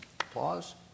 Applause